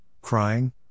crying